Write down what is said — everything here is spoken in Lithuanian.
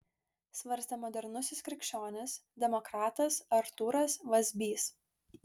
svarstė modernusis krikščionis demokratas artūras vazbys